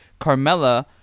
Carmella